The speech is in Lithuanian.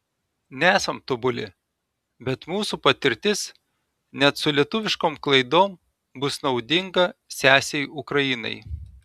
nesam tobuli bet mūsų patirtis net su lietuviškom klaidom bus naudinga sesei ukrainai